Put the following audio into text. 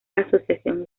asociación